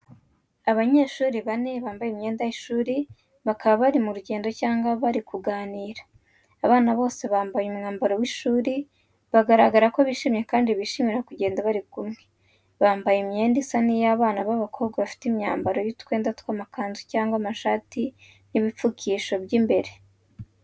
Abanyeshuri bane bambaye imyenda y’ishuri bakaba bari mu rugendo cyangwa bari kuganira. Abana bose bambaye umwambaro w’ishuri, bagaragara ko bishimye kandi bishimira kugenda bari kumwe. Bambaye imyenda isa n’iy’abana b’abakobwa bafite imyambaro y’utwenda tw’amakanzu cyangwa amashati n’ibipfukisho by’imbere.